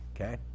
okay